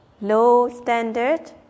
low-standard